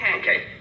okay